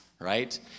Right